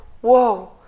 whoa